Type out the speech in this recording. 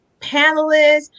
panelists